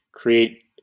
create